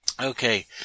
Okay